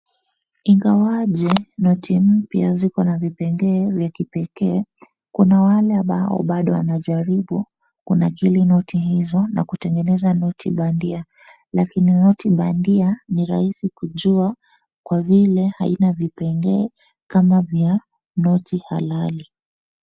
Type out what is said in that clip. Ingawaje noti mpya ziko na vipengee vya kipekee, kuna wale amabao bado wanajaribu kunakili noti hizo na kutengeneza noti bandia, lakini noti bandia ni rahisi kujua kwa vile haina vipengee kama vya noti halali.